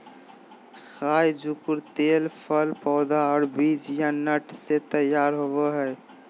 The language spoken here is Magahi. खाय जुकुर तेल फल पौधा और बीज या नट से तैयार होबय हइ